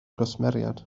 gwsmeriaid